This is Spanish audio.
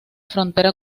frontera